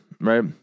right